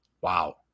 Wow